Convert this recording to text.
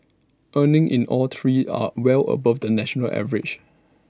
earnings in all three are well above the national average